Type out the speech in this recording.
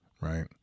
right